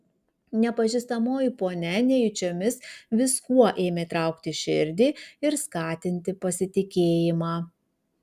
nepažįstamoji ponia nejučiomis viskuo ėmė traukti širdį ir skatinti pasitikėjimą